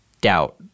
doubt